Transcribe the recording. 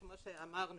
כמו שאמרנו,